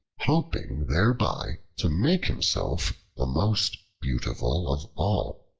hoping thereby to make himself the most beautiful of all.